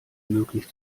möglich